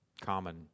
common